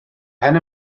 pen